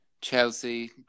Chelsea